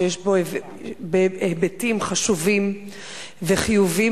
שיש בה היבטים חשובים וחיוביים,